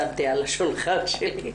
שמתי על השולחן שלי.